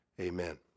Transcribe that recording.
Amen